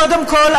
קודם כול,